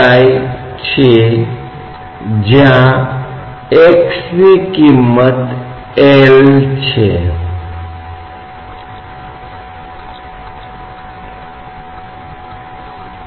इसलिए जब भी हम किसी भी फ़ंक्शन का सामना करते हैं तो बाद में हम टेलर श्रृंखला विस्तार का उपयोग यह पहचानने के लिए करेंगे कि द्रव तत्वों की विभिन्न अवस्थाओं में क्या परिवर्तन हो रहा है क्योंकि यह हमें अपने कई विश्लेषणों में बहुत सामान्य रूप से करना होगा